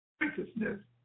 righteousness